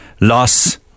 loss